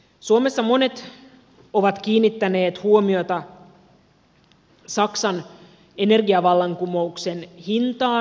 suomessa monet ovat kiinnittäneet huomiota saksan energiavallankumouksen hintaan